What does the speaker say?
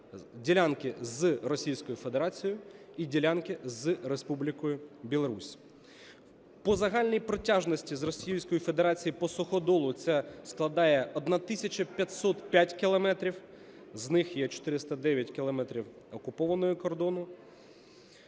ділянки з Російською Федерацією і ділянки з Республікою Білорусь. По загальній протяжності з Російською Федерацією по суходолу це складає 1 тисяча 505 кілометрів, з них є 409 кілометрів окупованого кордону,